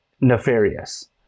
nefarious